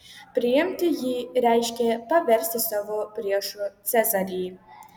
priimti jį reiškė paversti savo priešu cezarį